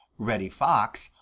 reddy fox,